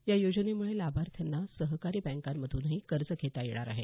या योजनेमुळे लाभार्थ्यांना सहकारी बँकांमधूनही कर्ज घेता येणार आहे